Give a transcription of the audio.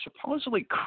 supposedly